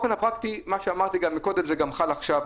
באופן הפרקטי מה שאמרתי גם מקודם זה גם חל עכשיו.